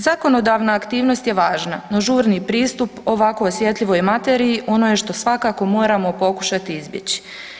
Zakonodavna aktivnost je važna no žurni pristup ovako osjetljivoj materiji ono je što svakako moramo pokušati izbjeći.